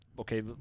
okay